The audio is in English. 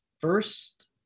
first